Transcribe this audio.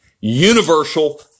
universal